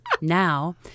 Now